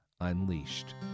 Unleashed